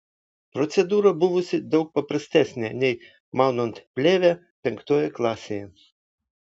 procedūra buvusi daug paprastesnė nei maunant plėvę penktoje klasėje